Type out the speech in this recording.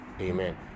Amen